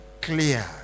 clear